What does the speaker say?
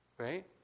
Right